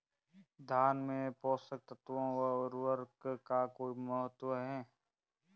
धान में पोषक तत्वों व उर्वरक का कोई महत्व है?